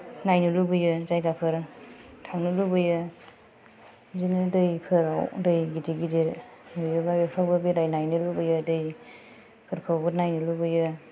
नायनो लुबैयो जायगाफोर थांनो लुबैयो बिदिनो दैफोराव दै गिदिर गिदिर नुयोब्ला बेफोरावबो बेरायनायनो लुबैयो दैफोरखौबो नायनो लुबैयो